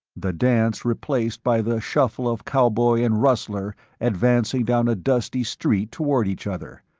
the dance replaced by the shuffle of cowboy and rustler advancing down a dusty street toward each other,